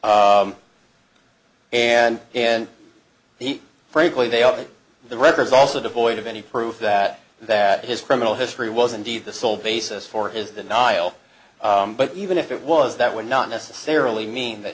and and the frankly they are the records also devoid of any proof that that his criminal history was indeed the sole basis for his the nile but even if it was that would not necessarily mean that